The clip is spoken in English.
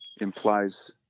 implies